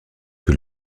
que